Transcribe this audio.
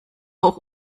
auch